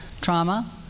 trauma